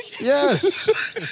Yes